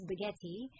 Spaghetti